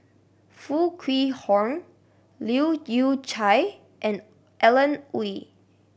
Foo Kwee Horng Leu Yew Chye and Alan Oei